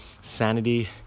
sanity